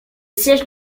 siège